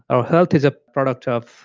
our health is a product of